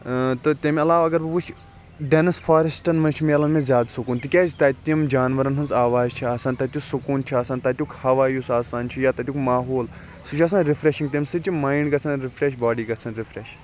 تہٕ تمہِ عَلاو اَگَر بہٕ وچھ ڈیٚنٕس فاریٚسٹَن مَنٛز چھُ میلان مےٚ زیادٕ سکون تکیاز تَتہِ تِم جانوَرَن ہٕنٛز آواز چھِ آسان تَتہِ یُس سکوٗن چھُ آسان تتیُک ہَوا یُس آسان چھُ یا تتیُک ماحول سُہ چھُ آسان رِفریٚشِنٛگ تمہِ سۭتۍ چھُ مایِنٛڈ گَژھان رِفریٚش باڈی گَژھان رِفریٚش